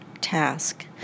task